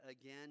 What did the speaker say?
again